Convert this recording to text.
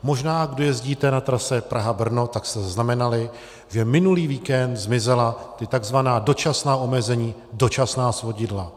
Možná kdo jezdíte na trase PrahaBrno, tak jste zaznamenali, že minulý víkend zmizela i takzvaná dočasná omezení, dočasná svodidla.